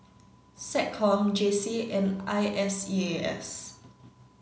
SecCom J C and I S E A S